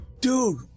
dude